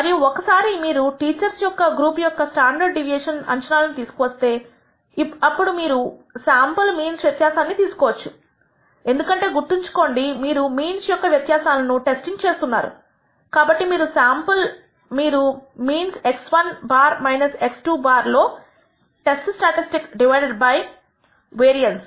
మరియు ఒకసారి మీరు టీచర్స్ యొక్క గ్రూప్ యొక్క స్టాండర్డ్ డీవియేషన్ అంచనాలను తీసుకు వస్తే ఇప్పుడు మీరు మీరు శాంపుల్ మీన్స్ వ్యత్యాసాన్ని తీసుకోవచ్చు ఎందుకంటే గుర్తుంచుకోండి మీరు మీన్స్ యొక్క వ్యత్యాసాలను టెస్టింగ్ చేస్తున్నారు కాబట్టి మీరు శాంపుల్ మీరు మీన్స్ x̅1 x̅2 లో test statistic divided by variance